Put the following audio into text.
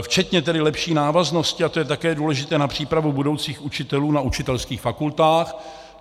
Včetně lepší návaznosti, a to je také důležité, na přípravu budoucích učitelů na učitelských fakultách.